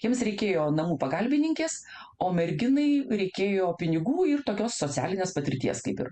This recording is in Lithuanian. jiems reikėjo namų pagalbininkės o merginai reikėjo pinigų ir tokios socialinės patirties kaip ir